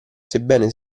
sebbene